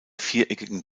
viereckigen